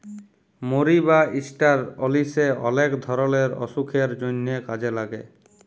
মরি বা ষ্টার অলিশে অলেক ধরলের অসুখের জন্হে কাজে লাগে